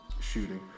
shooting